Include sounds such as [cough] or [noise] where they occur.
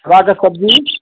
[unintelligible] क सब्जी